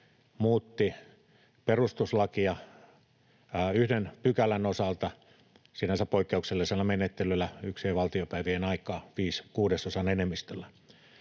muutti perustuslakia yhden pykälän osalta sinänsä poikkeuksellisella menettelyllä yksien valtiopäivien aikaan viiden kuudesosan enemmistöllä.